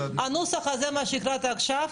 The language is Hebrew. הנוסח הזה שהקראת עכשיו,